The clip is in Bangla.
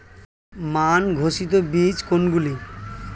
মান ঘোষিত বীজ কোনগুলি?